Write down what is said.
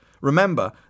Remember